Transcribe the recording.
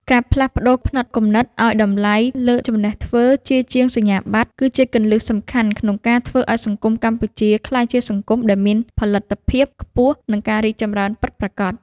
ការផ្លាស់ប្តូរផ្នត់គំនិតឱ្យតម្លៃលើចំណេះធ្វើ ជាជាងសញ្ញាបត្រ គឺជាគន្លឹះសំខាន់ក្នុងការធ្វើឱ្យសង្គមកម្ពុជាក្លាយជាសង្គមដែលមានផលិតភាពខ្ពស់ និងការរីកចម្រើនពិតប្រាកដ។